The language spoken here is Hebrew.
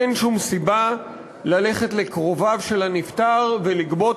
אין שום סיבה ללכת לקרוביו של הנפטר ולגבות